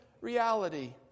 reality